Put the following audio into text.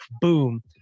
Boom